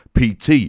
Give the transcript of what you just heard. PT